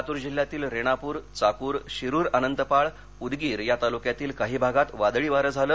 लातूर जिल्ह्यातील रेणापुर चाकूर शिरुळ आनंतपाळ उदगीर या तालुक्यातील काही भागात वादळी वारे झाले